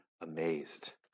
amazed